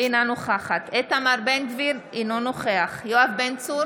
אינה נוכח איתמר בן גביר, אינו נוכח יואב בן צור,